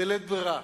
בלית ברירה,